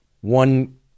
One